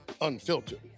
unfiltered